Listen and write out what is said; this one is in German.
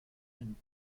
ein